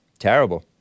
terrible